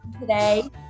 today